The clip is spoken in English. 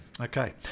Okay